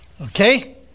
Okay